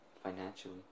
Financially